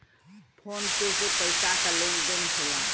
phone पे से पइसा क लेन देन होला